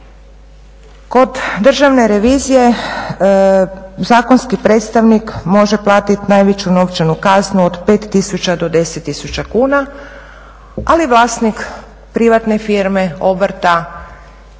Kod Državne revizije zakonski predstavnik može platiti najveću novčanu kaznu od 5 tisuća do 10 tisuća kuna, ali vlasnik privatne firme, obrta